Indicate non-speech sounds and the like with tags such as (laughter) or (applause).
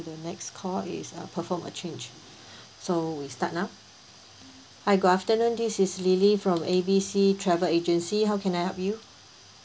the next call is uh perform a change (breath) so we start now hi good afternoon this is lily from A B C travel agency how can I help you